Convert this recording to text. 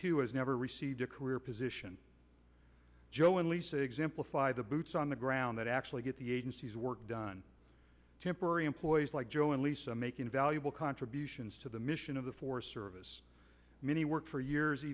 too has never received a career position joe and lisa exemplify the boots on the ground that actually get the agency's work done temporary employees like joe and lisa making valuable contributions to the mission of the four service many worked for years